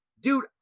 dude